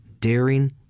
daring